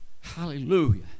Hallelujah